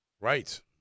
Right